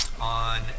on